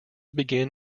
begin